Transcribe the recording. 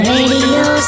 Radio